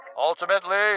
Ultimately